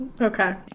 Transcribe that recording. Okay